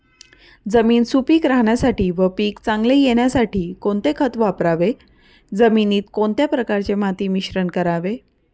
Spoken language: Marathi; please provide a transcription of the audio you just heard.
जमीन सुपिक राहण्यासाठी व पीक चांगले येण्यासाठी कोणते खत वापरावे? जमिनीत कोणत्या प्रकारचे माती मिश्रण करावे?